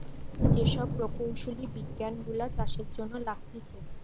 যে সব প্রকৌশলী বিজ্ঞান গুলা চাষের জন্য লাগতিছে